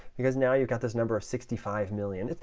because now you've got this number of sixty five million.